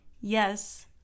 Yes